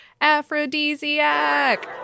aphrodisiac